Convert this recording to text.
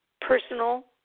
personal